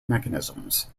mechanisms